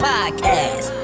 Podcast